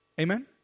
Amen